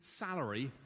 salary